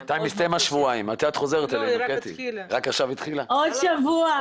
אני אחזור בעוד שבוע,